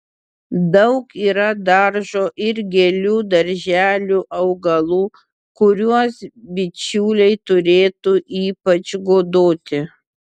daug yra daržo ir gėlių darželių augalų kuriuos bičiuliai turėtų ypač godoti